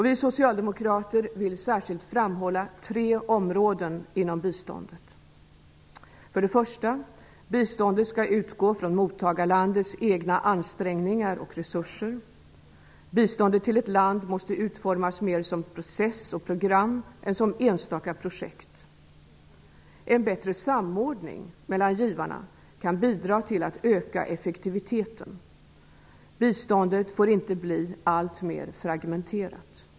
Vi socialdemokrater vill särskilt framhålla tre områden inom biståndet: --Biståndet skall utgå från mottagarlandets egna ansträngningar och resurser. Biståndet till ett land måste utformas mer som process och program än som enstaka projekt. En bättre samordning mellan givarna kan bidra till att öka effektiviteten. Biståndet får inte bli alltmer fragmenterat.